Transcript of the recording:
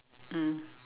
mm